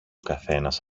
καθένας